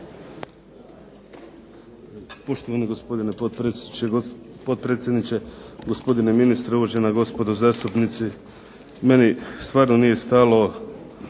Poštovani gospodine potpredsjedniče, gospodine ministre, uvažena gospodo zastupnici. Meni stvarno nije stalo